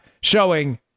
showing